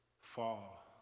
fall